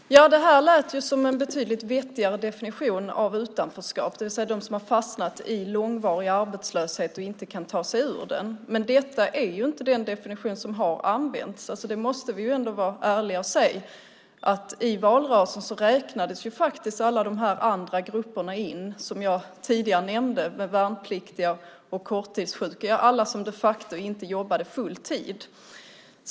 Herr talman! Det här lät som en betydligt vettigare definition av utanförskap, det vill säga de som har fastnat i långvarig arbetslöshet och inte kan ta sig ur den. Men detta är inte den definition som har använts; det måste vi ändå vara ärliga och säga. I valrörelsen räknades alla de andra grupper som jag tidigare nämnde in - värnpliktiga, korttidssjuka och alla som de facto inte jobbade full tid.